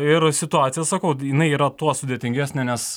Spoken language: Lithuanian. ir situacija sakau jinai yra tuo sudėtingesnė nes